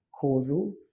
causal